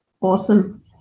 Awesome